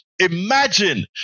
Imagine